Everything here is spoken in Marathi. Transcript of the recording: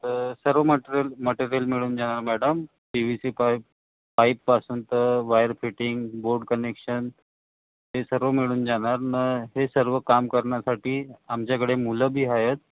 तर सर्व मटरेल मटेरिअल मिळून जाणार madam P V C pipe पाईपपासून तर वायर फिटिंग बोर्ड कनेक्शन हे सर्व मिळून जाणार न हे सर्व काम करण्यासाठी आमच्याकडे मुलं बी आहेत